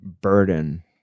burden